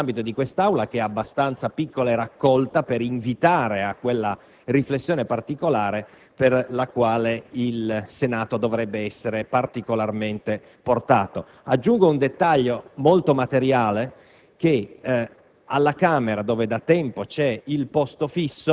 di esprimere il voto e di muoversi nell'ambito di quest'Aula, che è abbastanza piccola e raccolta per invitare a quella riflessione particolare alla quale il Senato dovrebbe essere particolarmente portato. Aggiungo un dettaglio molto materiale: